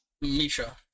Misha